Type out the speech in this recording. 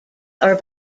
are